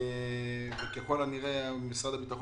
משרד הכלכלה